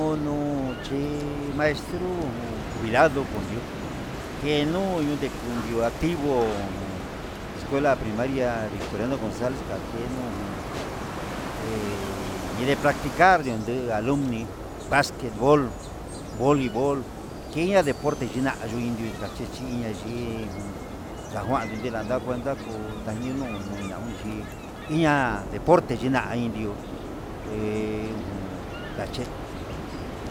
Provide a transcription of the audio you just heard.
Onuu chí maestro juvilado nondió que nuu ndukandio ativo, escuela primaria vitoriano gonzales kenuu yedii practicar ndu aluní, basquetbol boli bol kena deporte yina'a yuindi kachechi iin ña'a che jun ndaguan ndinatangue, ndakuu ndanunu ditá uun chí iña'a, deporta yina'a indió he ujun kaché.